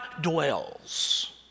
dwells